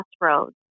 crossroads